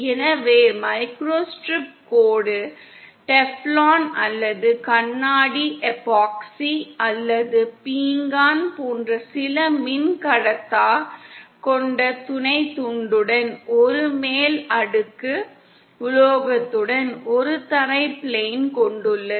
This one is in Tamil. எனவே மைக்ரோஸ்ட்ரிப் கோடு டெஃப்ளான் அல்லது கண்ணாடி எபோக்சி அல்லது பீங்கான் போன்ற சில மின்கடத்தா கொண்ட துணை துண்டுடன் ஒரு மேல் அடுக்கு உலோகத்துடன் ஒரு தரை பிளேனை கொண்டுள்ளது